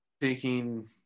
taking